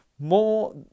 More